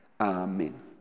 Amen